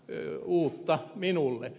jaha uutta minulle